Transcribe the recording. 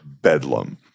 bedlam